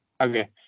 Okay